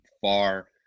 far